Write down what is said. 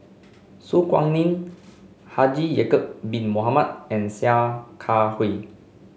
Su Guaning Haji Ya'acob Bin Mohamed and Sia Kah Hui